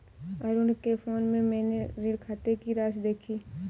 अरुण के फोन में मैने ऋण खाते की राशि देखी